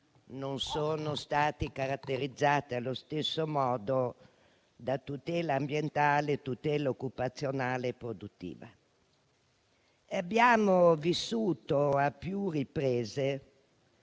non sono stati caratterizzati allo stesso modo da tutela ambientale, tutela occupazionale e produttiva. Abbiamo vissuto a più riprese